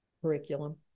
curriculum